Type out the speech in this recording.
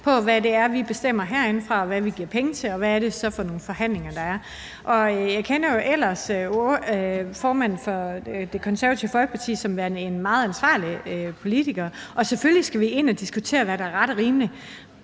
på, hvad det er, vi bestemmer herindefra, hvad det er, vi giver penge til, og hvad det så er for nogle forhandlinger, der er. Jeg kender jo ellers formanden for Det Konservative Folkeparti som værende en meget ansvarlig politiker, og selvfølgelig skal vi ind og diskutere, hvad der er ret og rimeligt,